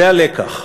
זה הלקח: